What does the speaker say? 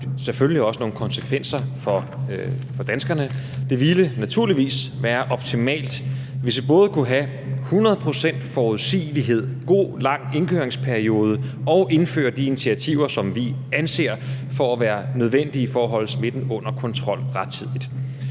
selvfølgelig også nogle konsekvenser for danskerne. Det ville naturligvis være optimalt, hvis vi både kunne have hundrede procent forudsigelighed, en god lang indkøringsperiode, og indføre de initiativer, som vi anser for at være nødvendige for at holde smitten under kontrol rettidigt.